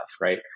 Right